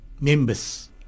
members